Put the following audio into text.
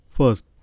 First